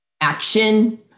Action